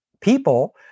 people